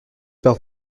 par